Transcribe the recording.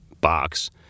box